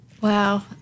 Wow